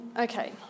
Okay